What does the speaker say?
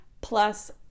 plus